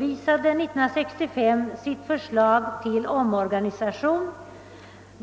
Icke minst ur konstitutionella synpunkter har det varit värdefullt att få till stånd den